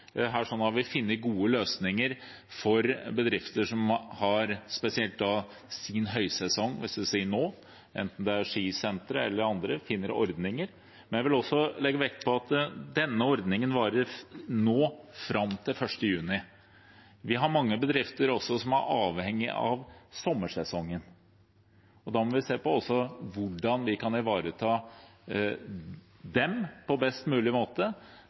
eller andre. Vi finner ordninger. Jeg vil også legge vekt på at denne ordningen varer fram til 1. juni. Vi har også mange bedrifter som er avhengige av sommersesongen, og da må vi se på hvordan vi kan ivareta dem på best mulig måte.